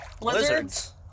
Lizards